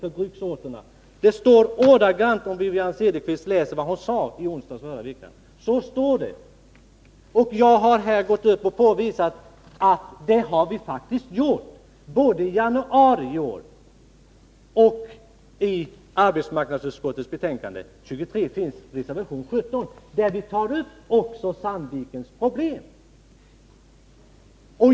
Det står ordagrant så — jag tycker att Wivi-Anne Cederqvist skall läsa vad hon sade i onsdags i förra veckan. Jag har här påvisat vad vi faktiskt har gjort, både i januari i år och i arbetsmarknadsutskottets betänkande 23, där vi i reservation 17 tar upp också bl.a. Sandvikens problem.